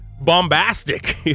bombastic